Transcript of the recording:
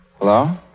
Hello